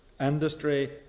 industry